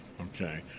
Okay